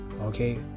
okay